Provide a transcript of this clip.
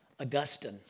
Augustine